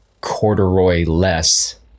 corduroy-less